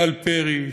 טל פרי,